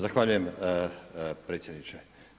Zahvaljujem predsjedniče.